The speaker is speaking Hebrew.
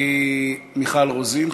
מיכל רוזין,